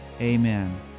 amen